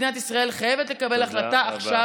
מדינת ישראל חייבת לקבל החלטה עכשיו